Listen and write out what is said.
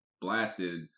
blasted